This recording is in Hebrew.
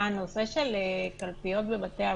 הנושא של קלפיות בבתי אבות,